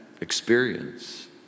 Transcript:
experience